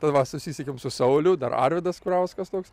tai va susisiekėm su sauliu dar arvydas kurauskas toks